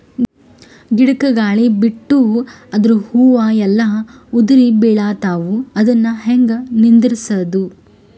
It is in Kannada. ಗಿಡಕ, ಗಾಳಿ ಬಿಟ್ಟು ಅದರ ಹೂವ ಎಲ್ಲಾ ಉದುರಿಬೀಳತಾವ, ಅದನ್ ಹೆಂಗ ನಿಂದರಸದು?